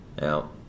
Now